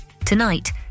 Tonight